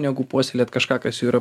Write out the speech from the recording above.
negu puoselėt kažką kas jau yra